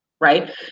right